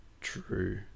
true